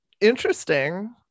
interesting